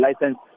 license